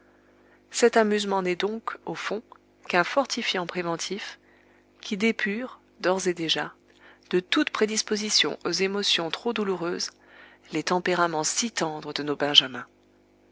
cet amusement n'est donc au fond qu'un fortifiant préventif qui dépure d'ores et déjà de toutes prédispositions aux émotions trop douloureuses les tempéraments si tendres de nos